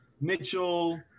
Mitchell